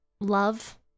love